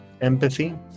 Empathy